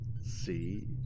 See